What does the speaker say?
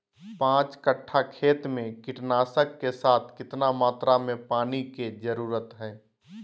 पांच कट्ठा खेत में कीटनाशक के साथ कितना मात्रा में पानी के जरूरत है?